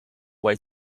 way